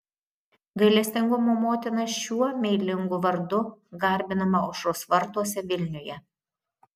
gailestingumo motina šiuo meilingu vardu garbinama aušros vartuose vilniuje